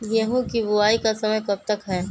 गेंहू की बुवाई का समय कब तक है?